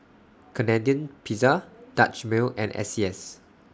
Canadian Pizza Dutch Mill and S C S